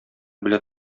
белә